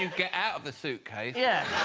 get out of the suitcase, yeah